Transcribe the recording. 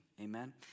amen